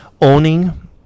owning